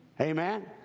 Amen